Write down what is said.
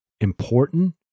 important